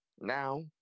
now